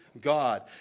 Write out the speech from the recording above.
God